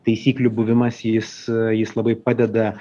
taisyklių buvimas jis jis labai padeda